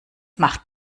macht